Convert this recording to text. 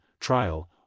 trial